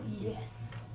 Yes